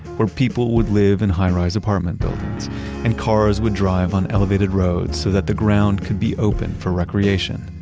where people would live in high-rise apartment buildings and cars would drive on elevated roads so that the ground can be open for recreation.